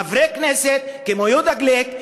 לחברי כנסת כמו יהודה גליק,